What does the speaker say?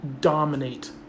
dominate